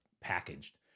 packaged